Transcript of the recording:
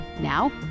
Now